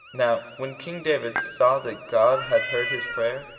now when king david saw that god had heard his prayer,